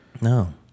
No